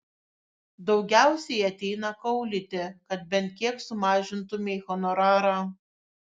daugiausiai ateina kaulyti kad bent kiek sumažintumei honorarą